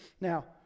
now